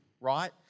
right